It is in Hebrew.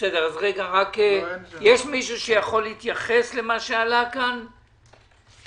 יש מישהו שיכול להתייחס למה שעלה כאן מהתעשיינים?